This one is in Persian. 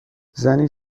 زنی